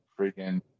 freaking